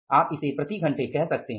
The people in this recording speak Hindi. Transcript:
आप इसे प्रति घंटे कह सकते हैं